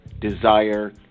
desire